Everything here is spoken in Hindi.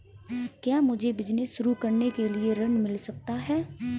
क्या मुझे बिजनेस शुरू करने के लिए ऋण मिल सकता है?